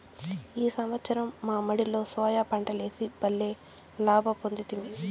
ఈ సంవత్సరం మా మడిలో సోయా పంటలేసి బల్లే లాభ పొందితిమి